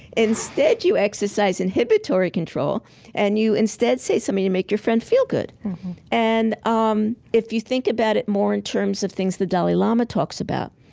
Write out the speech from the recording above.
instead you exercise inhibitory control and you instead say something to make your friend feel good and um if you think about it more in terms of the things the dalai lama talks about,